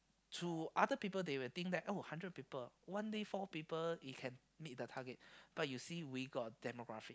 true other people they will think that oh hundred people one day four people you can meet the target but you see we got demography